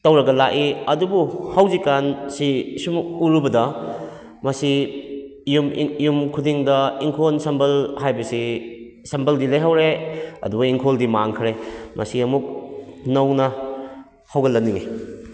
ꯇꯧꯔꯒ ꯂꯥꯛꯏ ꯑꯗꯨꯕꯨ ꯍꯧꯖꯤꯛꯀꯥꯟꯁꯤ ꯑꯁꯨꯝ ꯎꯔꯨꯕꯗ ꯃꯁꯤ ꯌꯨꯝ ꯌꯨꯝꯈꯨꯗꯤꯡꯗ ꯏꯪꯈꯣꯜ ꯁꯝꯕꯜ ꯍꯥꯏꯕꯁꯤ ꯁꯝꯕꯜꯗꯤ ꯂꯩꯍꯧꯔꯦ ꯑꯗꯨꯒ ꯏꯪꯈꯣꯜꯗꯤ ꯃꯥꯡꯈꯔꯦ ꯃꯁꯤ ꯑꯃꯨꯛ ꯅꯧꯅ ꯍꯧꯒꯠꯍꯟꯅꯤꯡꯉꯤ